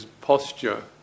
posture